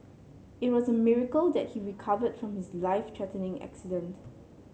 it was a miracle that he recovered from his life threatening accident